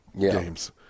games